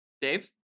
Dave